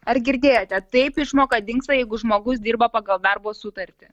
ar girdėjote taip išmoka dingsta jeigu žmogus dirba pagal darbo sutartį